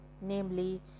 namely